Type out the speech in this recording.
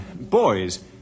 boys